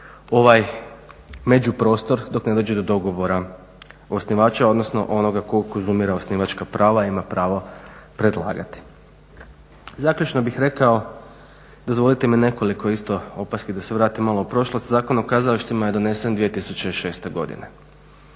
ovaj međuprostor dok ne dođe do dogovora osnivača, odnosno onoga tko konzumira osnivačka prava i ima pravo predlagati. Zaključno bih rekao, dozvolite mi nekoliko isto opaski, da se vratim malo u prošlost. Zakon o kazalištima je donesen 2006. godine.